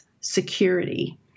security